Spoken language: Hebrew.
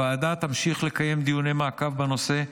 הוועדה תמשיך לקיים דיוני מעקב בנושא,